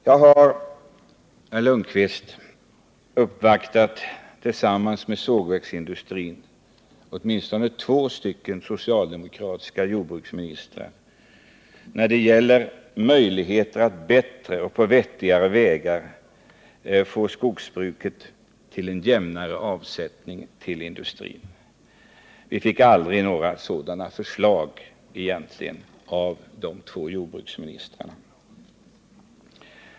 Jag har, herr Lundkvist, tillsammans med sågverksindustrin uppvaktat åtminstone två socialdemokratiska jordbruksministrar angående bättre och vettigare vägar för att få en jämnare avsättning från jordbruk till industri. Vi fick emellertid egentligen aldrig några sådana förslag av de två jordbruksministrarna.